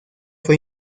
fue